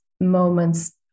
moments